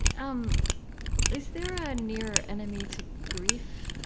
um is there a near enemy to grief?